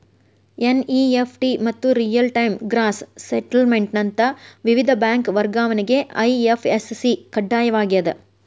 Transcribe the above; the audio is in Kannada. ಎನ್.ಇ.ಎಫ್.ಟಿ ಮತ್ತ ರಿಯಲ್ ಟೈಮ್ ಗ್ರಾಸ್ ಸೆಟಲ್ಮೆಂಟ್ ನಂತ ವಿವಿಧ ಬ್ಯಾಂಕ್ ವರ್ಗಾವಣೆಗೆ ಐ.ಎಫ್.ಎಸ್.ಸಿ ಕಡ್ಡಾಯವಾಗ್ಯದ